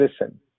listen